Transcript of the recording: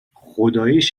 خداییش